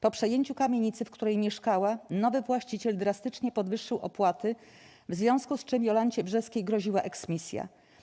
Po przejęciu kamienicy, w której mieszkała, nowy właściciel drastycznie podwyższył opłaty, w związku z czym Jolancie Brzeskiej groziła eksmisja.